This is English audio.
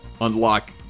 unlock